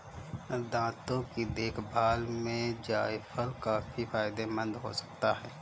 दांतों की देखभाल में जायफल काफी फायदेमंद हो सकता है